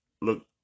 look